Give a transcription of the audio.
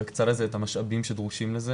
לא הקצה לזה את המשאבים שדרושים לזה